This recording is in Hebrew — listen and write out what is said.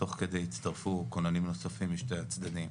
תוך כדי הצטרפו כוננים נוספים משני הצדדים